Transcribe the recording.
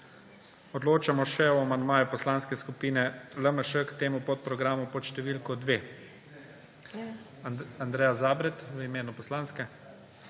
Odločamo še o amandmaju Poslanske skupine LMŠ k temu podprogramu pod številko 2. Andreja Zabret v imenu poslanske